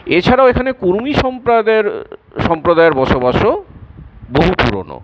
এছাড়াও এখানে কুরমি সম্প্রায়ের সম্প্রদায়ের বসবাসও বহু পুরনো